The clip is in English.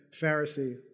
Pharisee